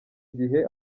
gihe